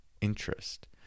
interest